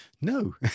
No